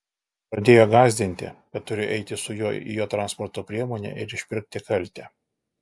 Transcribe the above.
pradėjo gąsdinti kad turiu eiti su juo į jo transporto priemonę ir išpirkti kaltę